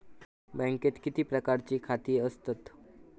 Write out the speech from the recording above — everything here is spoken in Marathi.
बँकेत किती प्रकारची खाती असतत?